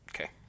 Okay